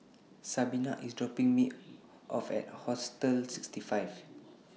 Sabina IS dropping Me off At Hostel sixty five